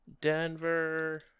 Denver